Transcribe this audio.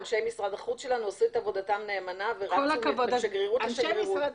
אנשי משרד החוץ שלנו עשו את עבודתם נאמנה ורצו משגרירות לשגרירות.